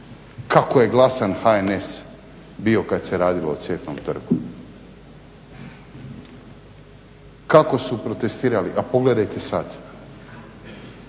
Kako je glasan HNS bio kada se radilo o Cvjetnom trgu, kako su protestirali a pogledajte sada.